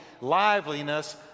liveliness